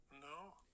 No